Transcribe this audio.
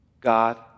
God